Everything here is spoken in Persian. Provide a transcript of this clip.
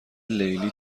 لیلی